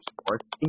sports